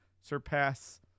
surpass